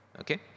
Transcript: okay